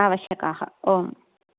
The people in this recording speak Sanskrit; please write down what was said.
आवश्यकाः आम्